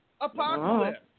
Apocalypse